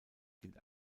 gilt